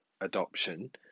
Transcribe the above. adoption